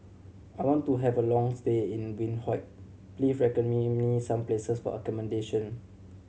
I want to have a long stay in Windhoek please recommend me some places for accommodation